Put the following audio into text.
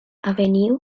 avenue